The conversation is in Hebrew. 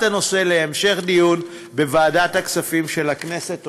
הנושא להמשך דיון בוועדת הכספים של הכנסת.